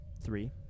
Three